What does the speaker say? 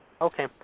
Okay